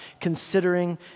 considering